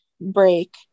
break